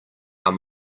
our